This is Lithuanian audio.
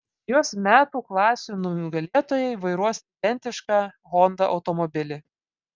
jos metu klasių nugalėtojai vairuos identišką honda automobilį